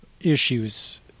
issues